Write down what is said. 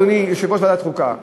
אדוני יושב-ראש ועדת חוקה,